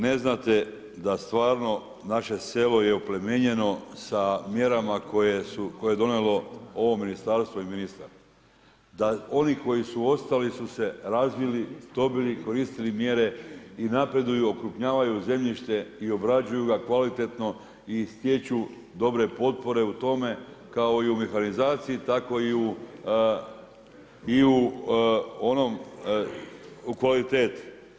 Ne znate da stvarno naše selo je oplemenjeno sa mjerama koje je donijelo ovo Ministarstvo i ministar, da oni koji su ostali su se razvili, dobili, koristili mjere i napreduju, okrupnjavaju zemljište i obrađuju ga kvalitetno i stječu dobre potpore u tome kao i u mehanizaciji, tako i u kvaliteti.